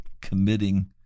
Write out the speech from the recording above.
committing